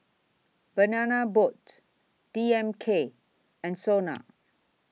Banana Boat D M K and Sona